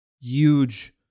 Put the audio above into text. huge